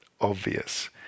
obvious